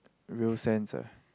real sense ah